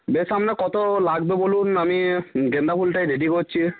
বেশ আপনার কতো লাগবে বলুন আমি গাঁদা ফুলটাই রেডি করছি